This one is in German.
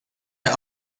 der